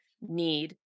need